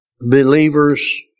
Believers